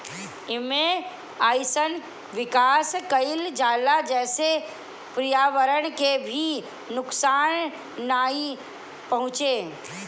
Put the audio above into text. एमे अइसन विकास कईल जाला जेसे पर्यावरण के भी नुकसान नाइ पहुंचे